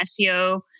SEO